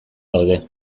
daude